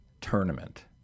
tournament